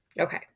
Okay